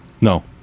No